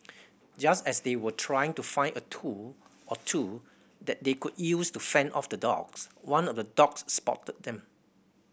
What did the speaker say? just as they were trying to find a tool or two that they could use to fend off the dogs one of the dogs spotted them